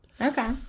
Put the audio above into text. Okay